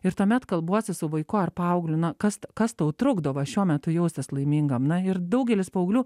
ir tuomet kalbuosi su vaiku ar paaugliu na kas kas tau trukdo va šiuo metu jaustis laimingam na ir daugelis paauglių